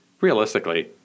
realistically